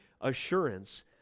assurance